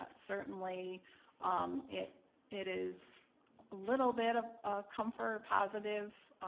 ah certainly um it it is a little bit of a comfort, positive